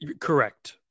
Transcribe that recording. correct